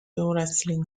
wrestling